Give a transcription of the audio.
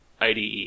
ide